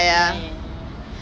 I've always want to know like